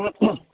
অঁ